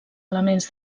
elements